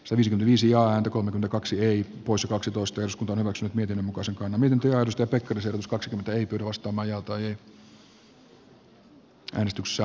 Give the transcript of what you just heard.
selvisin viisi ääntä kolme kaksi joy poissa kaksitoista jos kotona on se miten muka sekaantuminen työllistää pekkarisen uskoks ei pyri arvoisa puhemies